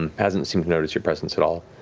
and hasn't seemed to notice your presence at all.